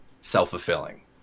self-fulfilling